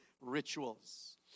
rituals